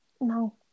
no